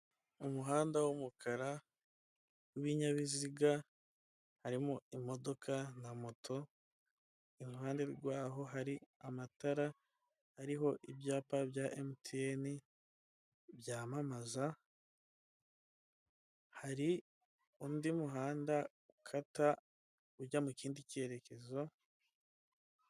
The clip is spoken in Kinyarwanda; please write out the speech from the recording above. Umuhanda w'umukara w'ibinyabiziga, harimo imodoka na moto, iruhande rwaho hari amatara, ariho ibyapa bya MTN byamamaza, hari undi muhanda ukata ujya mu kindi cyerekezo.